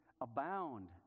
abound